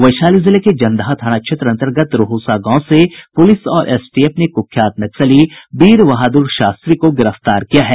वैशाली जिले के जंदाहा थाना क्षेत्र अन्तर्गत रोहुआ गांव से पुलिस और एसटीएफ ने कुख्यात नक्सली वीर बहादुर शास्त्री को गिरफ्तार किया है